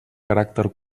caràcter